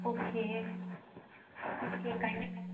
okay okay கண்டிப்பாக